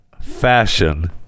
fashion